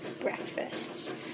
breakfasts